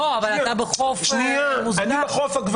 אני בחוף של הגברים,